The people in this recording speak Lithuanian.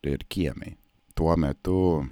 ir kiemai tuo metu